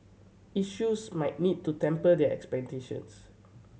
issuers might need to temper their expectations